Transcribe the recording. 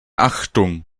achtung